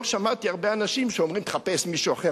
לא שמעתי הרבה אנשים שאומרים: תחפש מישהו אחר,